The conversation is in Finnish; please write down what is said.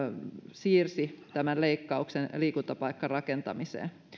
siirsi tämän leikkauksen liikuntapaikkarakentamiseen